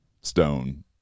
stone